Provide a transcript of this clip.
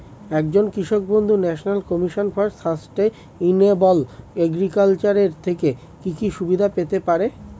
একজন কৃষক বন্ধু National Commission for Sustainable Agriculture এর থেকে কি কি সুবিধা পেতে পারে?